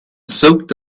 soaked